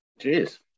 Jeez